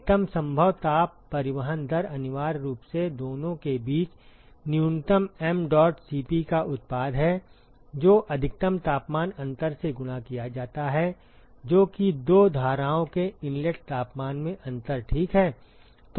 अधिकतम संभव ताप परिवहन दर अनिवार्य रूप से दोनों के बीच न्यूनतम mdot Cp का उत्पाद है जो अधिकतम तापमान अंतर से गुणा किया जाता है जो कि दो धाराओं के इनलेट तापमान में अंतर ठीक है